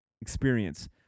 experience